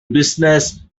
businesses